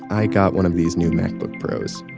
i got one of these new macbook pros,